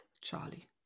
Charlie